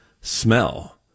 smell